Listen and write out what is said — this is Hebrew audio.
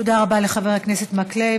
תודה רבה לחבר הכנסת מקלב.